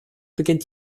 beginnt